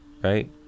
right